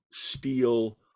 steel